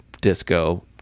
disco